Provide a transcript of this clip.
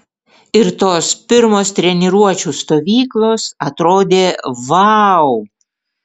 ir tos pirmos treniruočių stovyklos atrodė vau